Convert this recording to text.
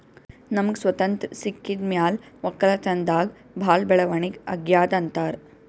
ನಮ್ಗ್ ಸ್ವತಂತ್ರ್ ಸಿಕ್ಕಿದ್ ಮ್ಯಾಲ್ ವಕ್ಕಲತನ್ದಾಗ್ ಭಾಳ್ ಬೆಳವಣಿಗ್ ಅಗ್ಯಾದ್ ಅಂತಾರ್